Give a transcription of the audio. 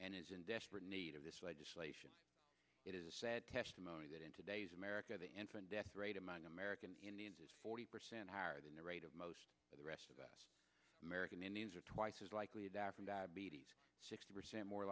is in desperate need of this legislation it is a sad testimony that in today's america the infant death rate among american indians is forty percent higher than the rate of most of the rest of us american indians are twice as likely that from diabetes sixty percent more